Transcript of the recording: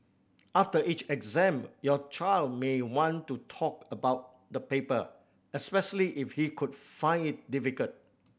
after each exam your child may want to talk about the paper especially if he could found it difficult